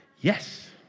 Yes